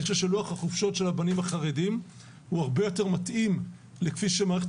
אני חושב שלוח החופשות של הבנים החרדים הוא הרבה יותר מתאים לכפי שמערכת